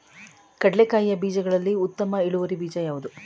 ಕಡ್ಲೆಕಾಯಿಯ ಬೀಜಗಳಲ್ಲಿ ಉತ್ತಮ ಇಳುವರಿ ಬೀಜ ಯಾವುದು?